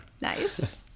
Nice